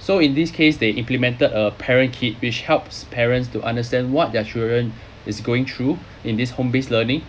so in this case they implemented a parent kit which helps parents to understand what their children is going through in this home based learning